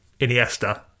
Iniesta